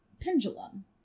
pendulum